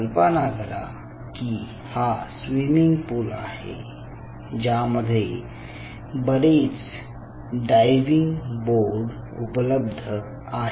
कल्पना करा की हा स्विमिंग पूल आहे ज्यामध्ये बरेच डायव्हिंग बोर्ड उपलब्ध आहेत